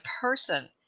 person